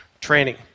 training